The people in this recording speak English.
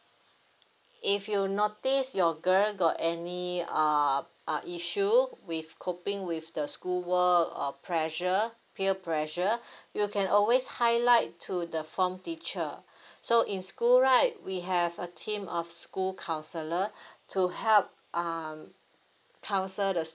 if you notice your girl got any uh uh issue with coping with the school work or pressure peer pressure you can always highlight to the form teacher so in school right we have a team of school counsellor to help um counsel the